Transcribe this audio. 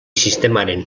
sistemaren